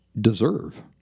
deserve